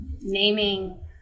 naming